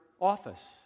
office